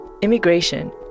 immigration